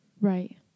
Right